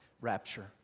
rapture